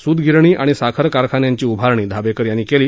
सुतगिरणी आणि साखर कारखान्यांची उभारणी धाबेकर यांनी केली